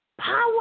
power